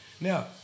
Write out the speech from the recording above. Now